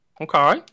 Okay